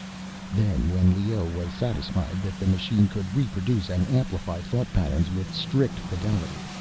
then, when leoh was satisfied that the machine could reproduce and amplify thought patterns with strict fidelity,